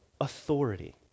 authority